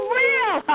real